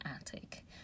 attic